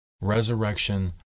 resurrection